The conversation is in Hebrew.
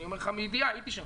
אני אומר לך מידיעה, הייתי שם.